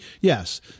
yes